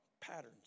Patterns